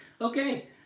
Okay